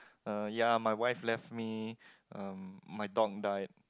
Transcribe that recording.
uh ya my wife left me um my dog die